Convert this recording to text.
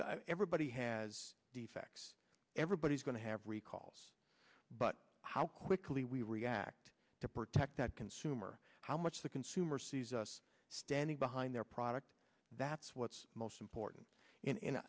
so everybody has defects everybody's going to have recalls but how quickly we react to protect that consumer how much the consumer sees us standing behind their product that's what's most important in